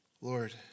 Lord